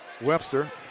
Webster